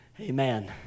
Amen